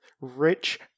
rich